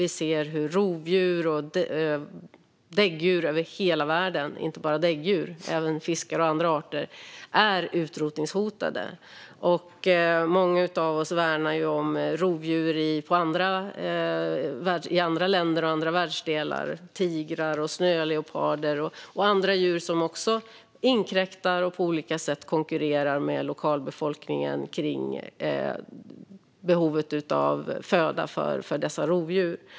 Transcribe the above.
Vi ser hur rovdjur och däggdjur liksom fiskar och andra arter över hela världen är utrotningshotade. Många av oss värnar ju om rovdjur i andra länder och andra världsdelar, till exempel tigrar, snöleoparder och andra djur som också inkräktar och på olika sätt konkurrerar med lokalbefolkningen kring behovet av föda.